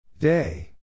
Day